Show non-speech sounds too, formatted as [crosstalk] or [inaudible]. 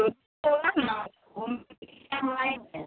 तो [unintelligible] घूमने हम आएँगे